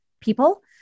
people